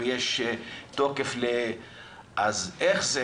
אז איך זה